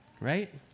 right